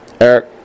Eric